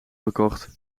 gekocht